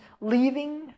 leaving